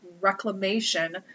reclamation